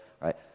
right